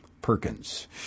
Perkins